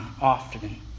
often